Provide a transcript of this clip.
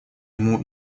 ему